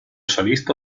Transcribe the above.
solista